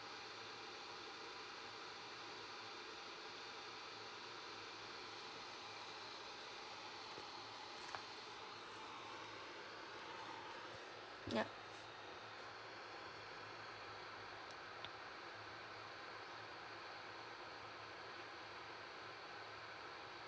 yup